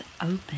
open